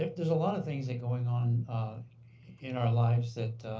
there's a lot of things going on in our lives that